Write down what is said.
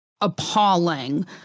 appalling